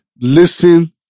listen